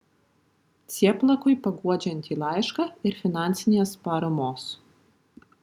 cieplakui paguodžiantį laišką ir finansinės paramos